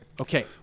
okay